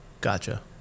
Gotcha